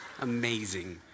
Amazing